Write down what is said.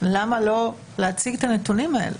למה לא להציג את הנתונים האלה?